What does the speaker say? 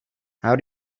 how